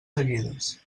seguides